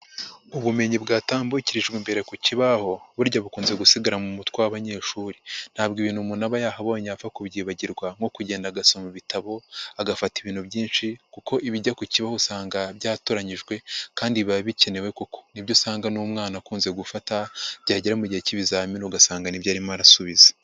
Ubumenyi bwatambukijwe imbere ku kibaho, burya bukunze gusigara mu mutwe w'abanyeshuri. Nta bwo ibintu umuntu aba yahabonye apfa kubyibagirwa, nko kugenda agasoma ibitabo, agafata ibintu byinshi, kuko ibijya ku kibaho usanga byatoranyijwe, kandi biba bikenewe koko. Ni byo usanga n'umwana akunze gufata, byagera mu gihe cy'ibizamini ugasanga ni byo arimo arasubiza.